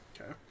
Okay